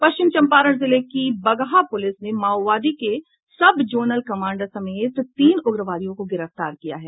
पश्चिम चंपारण जिले की बगहा प्रलिस ने माओवादी के सब जोनल कमांडर समेत तीन उग्रवादियों को गिरफ्तार किया है